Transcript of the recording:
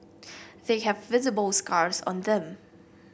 they have visible scars on them